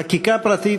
חקיקה פרטית.